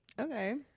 Okay